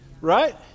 Right